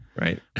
right